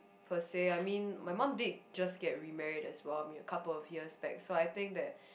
per se I mean my mum did just get remarried as well I mean a couple of years back so I think that